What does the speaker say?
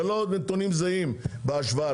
אלו לא נתונים זהים בהשוואה.